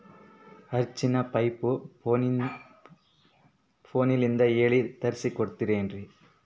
ಆರಿಂಚಿನ ಪೈಪು ಫೋನಲಿಂದ ಹೇಳಿ ತರ್ಸ ಕೊಡ್ತಿರೇನ್ರಿ?